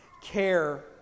care